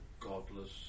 godless